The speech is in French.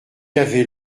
avait